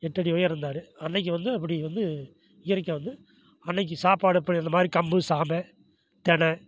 எட்டடி உயரம் இருந்தார் அன்னைக்கு வந்து அப்படி வந்து இயற்கையாக வந்து அன்னைக்கு சாப்பாடு அப்போ இந்த மாதிரி கம்பு சாமை தின